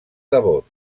devots